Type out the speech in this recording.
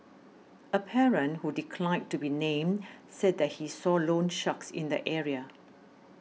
a parent who declined to be named said that he saw loansharks in the area